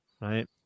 right